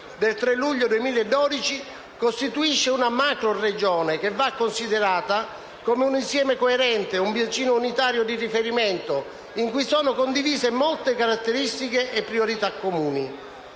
del 3 luglio 2012, costituisce una macroregione che va considerata come un insieme coerente, un bacino unitario di riferimento, in cui sono condivise molte caratteristiche e priorità comuni,